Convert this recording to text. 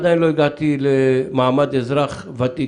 עדיין לא הגעתי למעמד אזרח ותיק,